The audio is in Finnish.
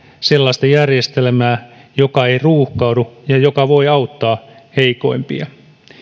sellaista järjestelmää joka ei ruuhkaudu ja joka voi auttaa heikoimpia